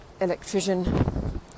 electrician